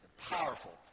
powerful